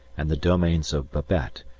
and the domains of babette,